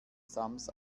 sams